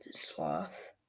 Sloth